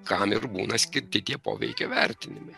kam ir būna skirti tie poveikio vertinimai